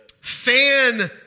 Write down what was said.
Fan